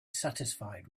satisfied